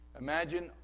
imagine